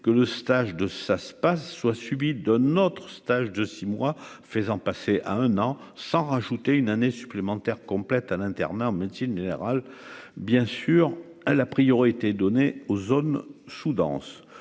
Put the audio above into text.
que le stage de ça se passe soit subit de notre stage de six mois faisant passer à un an sans une année supplémentaire complète à l'internat en médecine générale bien sûr à la priorité donnée aux zones sous-denses